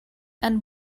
and